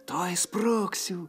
tuoj sprogsiu